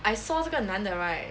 I saw 这个男的 right